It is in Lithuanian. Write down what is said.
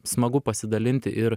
smagu pasidalinti ir